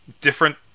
different